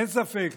אין ספק